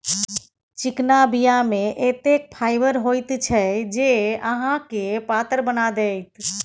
चिकना बीया मे एतेक फाइबर होइत छै जे अहाँके पातर बना देत